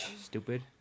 stupid